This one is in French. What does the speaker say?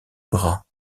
bras